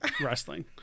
wrestling